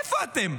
איפה אתם?